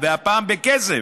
והפעם בכסף,